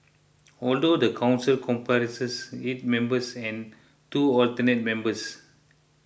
although the council comprises eight members and two alternate members